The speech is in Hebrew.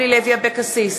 אבקסיס,